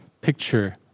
picture